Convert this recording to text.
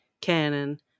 canon